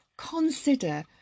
Consider